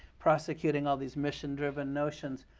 prosecuting all these mission driven notions,